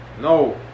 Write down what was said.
No